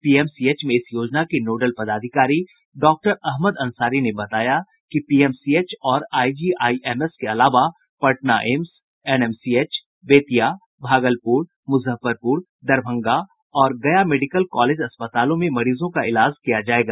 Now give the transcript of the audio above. PMCH में इस योजना के नोडल पदाधिकारी डॉक्टर अहमद अंसारी ने बताया कि पीएमसीएच और आईजीआईएमएस के अलावा पटना एम्स एनएमसीएच बेतिया भागलपुर मुजफ्फरपुर दरभंगा और गया मेडिकल कॉलेज अस्पतालों में मरीजों का इलाज किया जायेगा